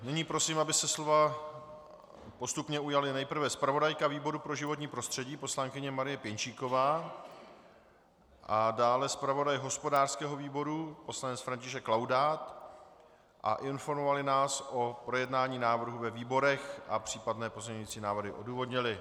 Nyní prosím, aby se slova postupně ujali nejprve zpravodajka výboru pro životní prostředí, poslankyně Marie Pěnčíková, a dále zpravodaj hospodářského výboru, poslanec František Laudát, a informovali nás o projednání návrhů ve výborech a případné pozměňovací návrhy odůvodnili.